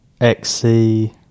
XC